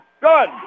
good